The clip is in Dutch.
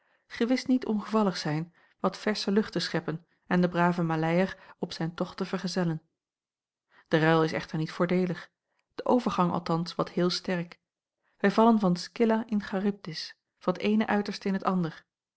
gewis niet ongevallig zijn wat versche lucht te scheppen en den braven maleier op zijn tocht te vergezellen de ruil is echter niet voordeelig de overgang althans wat heel sterk wij vallen van scylla in charybdis van t eene uiterste in t ander